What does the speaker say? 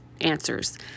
answers